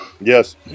Yes